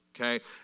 Okay